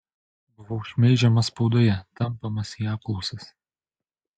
buvau šmeižiamas spaudoje tampomas į apklausas